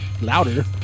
Louder